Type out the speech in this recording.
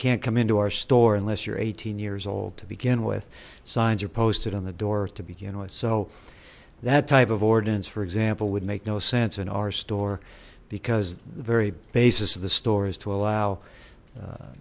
come into our store unless you're eighteen years old to begin with signs are posted on the doors to begin with so that type of ordinance for example would make no sense in our store because the very basis of the store is to allow